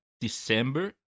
December